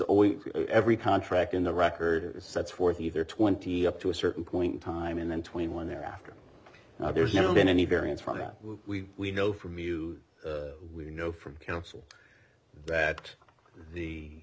always every contract in the record sets forth either twenty up to a certain point in time and then twenty one thereafter now there's never been any variance from that we know from you we know from council that the